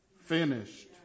finished